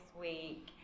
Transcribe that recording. week